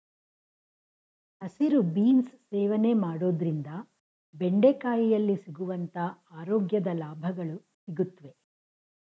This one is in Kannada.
ಹಸಿರು ಬೀನ್ಸ್ ಸೇವನೆ ಮಾಡೋದ್ರಿಂದ ಬೆಂಡೆಕಾಯಿಯಲ್ಲಿ ಸಿಗುವಂತ ಆರೋಗ್ಯದ ಲಾಭಗಳು ಸಿಗುತ್ವೆ